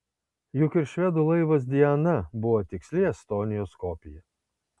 juk ir švedų laivas diana buvo tiksli estonijos kopija